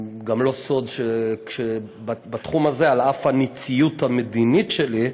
גם לא סוד שבתחום הזה, על אף הנציות המדינית שלי,